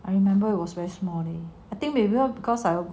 I remember it was very morning I think they will because I